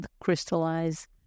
crystallize